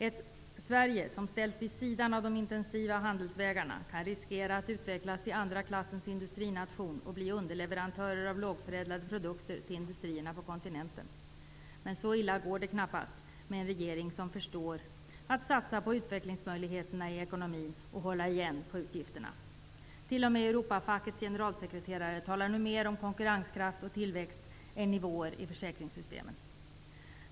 Ett Sverige som ställs vid sidan av de intensiva handelsvägarna kan riskera att utvecklas till en andraklassens industrination och bli underleverantör av lågförädlade produkter till industrierna på kontinenten. Men så illa går det knappast med en regering som förstår att satsa på utvecklingsmöjligheterna i ekonomin och hålla igen på utgifterna. T.o.m. Europafackets generalsekreterare talar nu mer om konkurrenskraft och tillväxt än om nivåer i försäkringssystemen.